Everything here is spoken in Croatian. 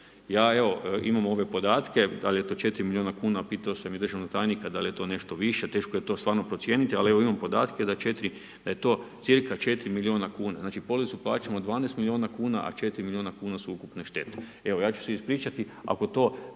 Ja evo imam ove podatke, da li je to 4 miliona kuna pitao sam i državnog tajnika da li je to nešto više teško je to stvarno procijeniti ali evo imam podatke da je to cca 4 miliona kuna. Znači policu plaćamo 12 miliona kuna, a 4 miliona kuna su ukupne štete, evo ja ću se ispričati ako to